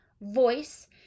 voice